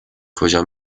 کجا